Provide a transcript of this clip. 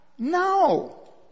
No